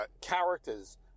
characters